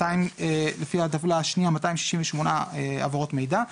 לפי הטבלה השנייה נעשו 268 העברות מידע.